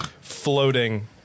floating